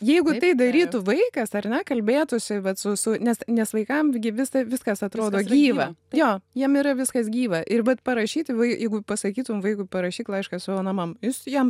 jeigu tai darytų vaikas ar ne kalbėtųsi vat su su nes nes vaikam gi visa viskas atrodo gyva jo jiem yra viskas gyva ir vat parašyti jeigu pasakytum vaikui parašyk laišką savo namam jis jam